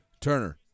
Turner